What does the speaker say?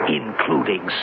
including